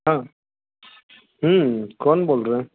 हाँ कौन बोल रहे हैं